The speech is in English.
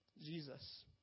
Jesus